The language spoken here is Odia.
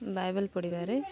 ବାଇବେଲ୍ ପଢ଼ିବାରେ